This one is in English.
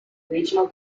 regional